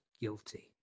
guilty